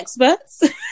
experts